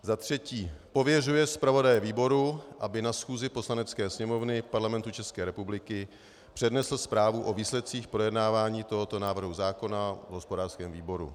za třetí pověřuje zpravodaje výboru, aby na schůzi Poslanecké sněmovny Parlamentu ČR přednesl zprávu o výsledcích projednávání tohoto návrhu zákona v hospodářském výboru;